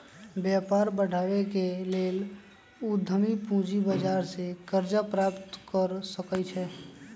व्यापार बढ़ाबे के लेल उद्यमी पूजी बजार से करजा प्राप्त कर सकइ छै